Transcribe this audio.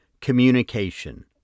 communication